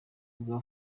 bwa